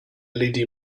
led